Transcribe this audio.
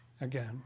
again